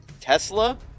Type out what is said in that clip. tesla